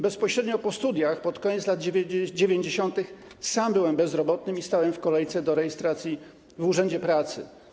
Bezpośrednio po studiach pod koniec lat 90. sam byłem bezrobotnym i stałem w kolejce do rejestracji w urzędzie pracy.